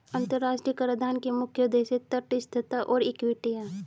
अंतर्राष्ट्रीय कराधान के मुख्य उद्देश्य तटस्थता और इक्विटी हैं